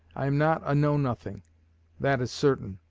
i am not a know-nothing that is certain.